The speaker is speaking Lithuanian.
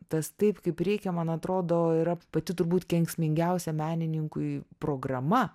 tas taip kaip reikia man atrodo yra pati turbūt kenksmingiausia menininkui programa